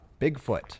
Bigfoot